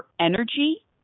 energy